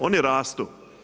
Oni rastu.